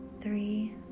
three